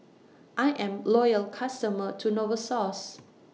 I'm Loyal customer to Novosource